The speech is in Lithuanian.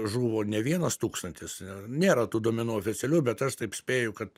žuvo ne vienas tūkstantis nėra tų duomenų oficialių bet aš taip spėju kad